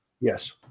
Yes